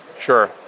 Sure